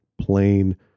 plain